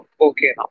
okay